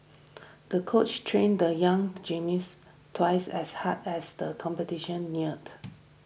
the coach trained the young gymnast twice as hard as the competition neared